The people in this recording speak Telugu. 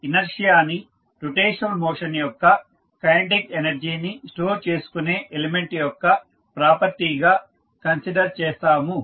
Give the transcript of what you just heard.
ఇనర్షియాని రొటేషనల్ మోషన్ యొక్క కైనెటిక్ ఎనర్జీని స్టోర్ చేసుకునే ఎలిమెంట్ యొక్క ప్రాపర్టీగా కన్సిడర్ చేస్తాము